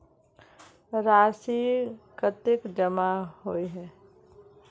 राशि कतेक जमा होय है?